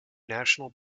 national